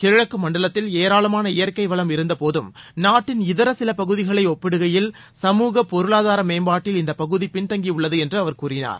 கிழக்கு மண்டலத்தில் ஏராளமான இயற்கை வளம் இருந்தபோதும் நாட்டின் இதர சில பகுதிகளை ஒப்பிடுகையில் சமூக பொருளாதார மேம்பாட்டில் இந்த பகுதி பின்தங்கியுள்ளது என்று அவர் கூறினார்